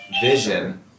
vision